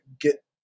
get